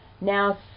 now